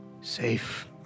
Safe